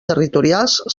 territorials